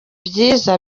ibyiza